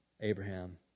Abraham